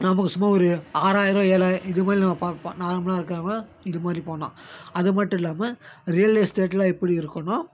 நமக்கு சும்மா ஒரு ஆறாயிரம் ஏழாயிரம் இதுமாதிரி நம்ம பார்க்க நார்மலாக இருக்கறவங்க இதுமாதிரி போனால் அது மட்டும் இல்லாமல் ரியல் எஸ்டேட்லாம் எப்படி இருக்குன்னா